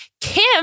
Kim